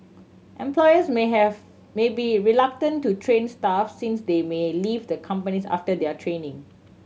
employers may have may be reluctant to train staff since they may leave the companies after their training